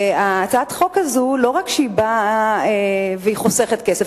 הצעת החוק הזאת לא רק חוסכת כסף,